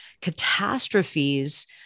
catastrophes